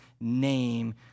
name